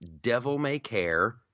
devil-may-care